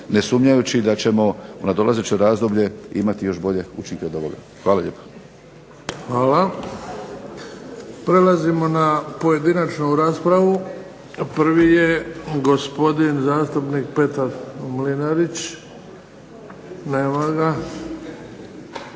ne sumnjajući da ćemo u nadolazećem razdoblju imati još bolje učinke od ovoga. Hvala lijepo. **Bebić, Luka (HDZ)** Hvala. Prelazimo na pojedinačnu raspravu. Prvi je gospodin zastupnik Petar Mlinarić. Nema ga.